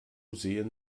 sehen